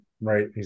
right